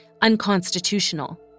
unconstitutional